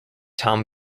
tom